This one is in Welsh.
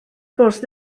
bws